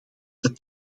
dat